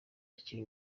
akiri